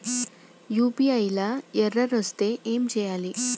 UPI లా error వస్తే ఏం చేయాలి?